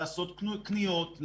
לעשות קניות,